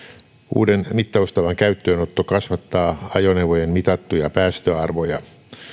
uuden mittaustavan käyttöönotto kasvattaa ajoneuvojen mitattuja päästöarvoja